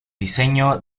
diseño